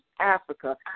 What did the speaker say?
Africa